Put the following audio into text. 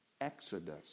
Exodus